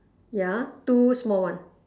ya two small one